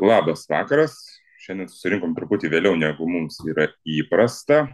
labas vakaras šiandien surikom truputį vėliau negu mums yra įprasta